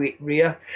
rear